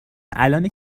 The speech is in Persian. الانه